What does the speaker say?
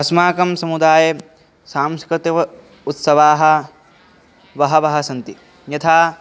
अस्माकं समुदाये सांस्कृतिकाः उत्सवाः बहवः सन्ति यथा